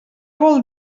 vol